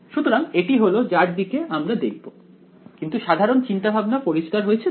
সুতরাং এটি হলো যার দিকে আমরা দেখব কিন্তু সাধারণ চিন্তাভাবনা পরিষ্কার হয়েছে তো